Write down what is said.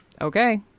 okay